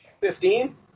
Fifteen